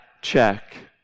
check